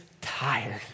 tired